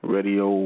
Radio